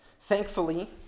Thankfully